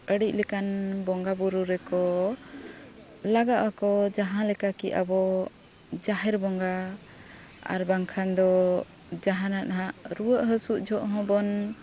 ᱟᱹᱰᱤ ᱞᱮᱠᱟᱱ ᱵᱚᱸᱜᱟ ᱵᱩᱨᱩ ᱨᱮᱠᱚ ᱞᱟᱜᱟᱜ ᱟᱠᱚ ᱡᱟᱦᱟᱸ ᱞᱮᱠᱟ ᱠᱤ ᱟᱵᱚ ᱡᱟᱦᱮᱨ ᱵᱚᱸᱜᱟ ᱟᱨ ᱵᱟᱝᱠᱷᱟᱱ ᱫᱚ ᱡᱟᱦᱟᱱᱟᱜ ᱦᱟᱸᱜ ᱨᱩᱣᱟᱹᱜ ᱦᱟᱹᱥᱩ ᱡᱚᱠᱷᱮᱡ ᱦᱚᱸᱵᱚᱱ